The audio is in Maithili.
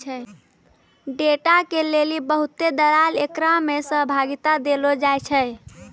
डेटा के लेली बहुते दलाल एकरा मे सहभागिता देलो जाय छै